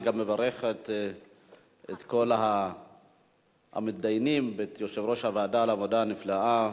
אני גם מברך את כל המתדיינים ואת יושב-ראש הוועדה על העבודה הנפלאה,